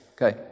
Okay